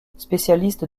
spécialiste